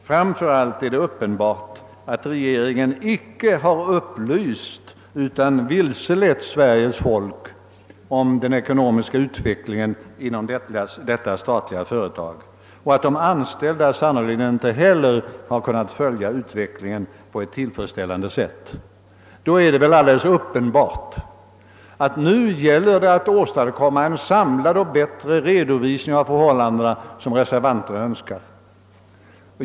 Framför allt är det uppenbart att regeringen icke har upplyst utan vilselett Sveriges folk om den ekonomiska utvecklingen inom detta statliga företag och att de anställda sannerligen inte heller har kunnat följa utvecklingen på ett tillfredsställande sätt. Det är också alldeles uppenbart att det nu gäller att åstadkomma den samlade och bättre redovisning av förhållandena som reservanterna önskar.